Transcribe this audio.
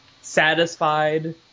satisfied